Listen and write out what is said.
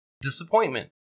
disappointment